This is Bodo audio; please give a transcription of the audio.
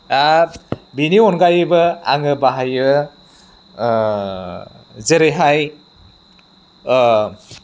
बेनि अनगायैबो आङो बाहायो जेरैहाय